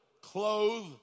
clothe